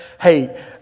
Hey